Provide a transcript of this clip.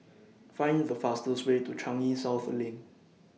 Find The fastest Way to Changi South Lane